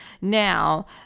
Now